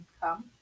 come